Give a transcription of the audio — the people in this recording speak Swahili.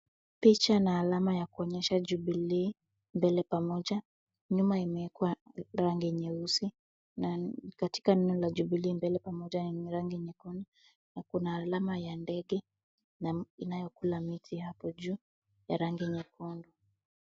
Picha na alama ya kuonyesha Jubilee mbele pamoja , nyuma imeekwa rangi nyeusi , na katika neno la Jubilee mbele pamoja yenye rangi nyekundu na kuna alama ya ndege na inayo kula miti hapo juu ya rangi nyekundu.